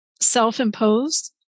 self-imposed